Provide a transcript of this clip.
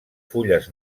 fulles